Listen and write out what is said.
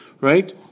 right